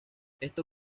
esto